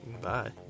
Bye